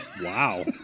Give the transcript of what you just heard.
Wow